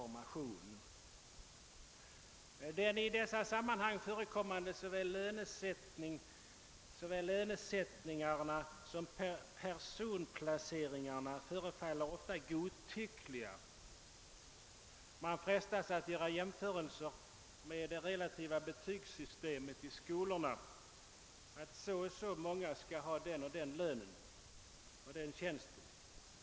De i dessa sammanhang förekommande lönesättningarna och personplace ringarna förefaller ofta godtyckliga. Man frestas att göra jämförelser med det relativa betygssystemet i skolorna: så och så många skall ha den lönen och den tjänsten.